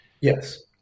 Yes